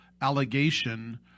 allegation